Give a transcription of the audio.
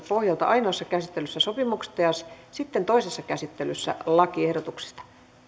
pohjalta ainoassa käsittelyssä sopimuksesta ja sitten toisessa käsittelyssä lakiehdotuksesta